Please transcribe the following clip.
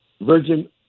virgin